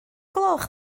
gloch